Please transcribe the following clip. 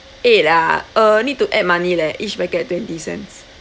eight ah uh you need to add money leh each market twenty cents